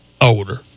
older